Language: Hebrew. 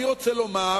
אני רוצה לומר